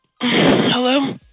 Hello